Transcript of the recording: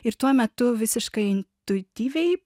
ir tuo metu visiškai intuityviai